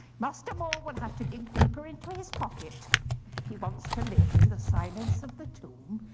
master more will have to dig deeper into his pocket if he wants to live in the silence of the tomb.